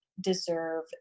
deserve